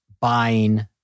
buying